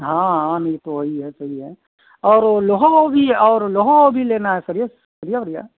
हाँ हाँ नहीं तो वही है सही है और वह लोहा ओहा भी और लोहा ओहा भी लेना है सरिया सरिया वरिया